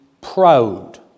proud